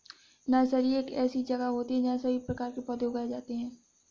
nursery एक ऐसी जगह होती है जहां सभी प्रकार के पौधे उगाए जाते हैं